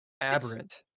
Aberrant